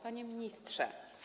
Panie Ministrze!